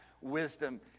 wisdom